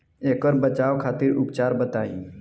ऐकर बचाव खातिर उपचार बताई?